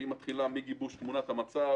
שמתחילה מגיבוש תמונת המצב.